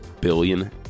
billion